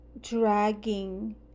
dragging